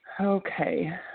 Okay